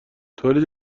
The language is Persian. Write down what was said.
تولید